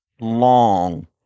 long